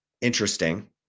interesting